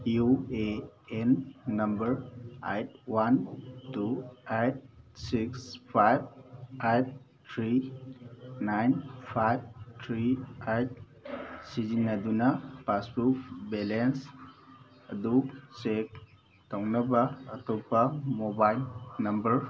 U A N number eight one two eight six five eight three nine five three eight ꯁꯤꯖꯤꯟꯅꯗꯨꯅ passbook balance ꯑꯗꯨ check ꯇꯧꯅꯕ ꯑꯇꯣꯞꯄ mobile number